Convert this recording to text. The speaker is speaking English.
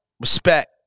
respect